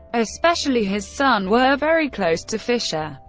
especially his son, were very close to fischer.